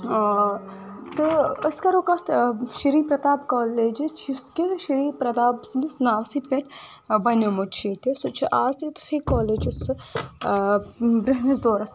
تہٕ أسۍ کرو کتھ شری پرتاب کالیجِچ یُس کہِ شری پرتاب سٕنٛدِس ناوٕ سٕے پٮ۪ٹھ بنٛیومُت چھُ ییٚتہِ سُہ چھُ آز تیُتھُے کالیج یُتھ سُہ برٛونٛہمِس دورس